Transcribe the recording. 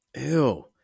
Ew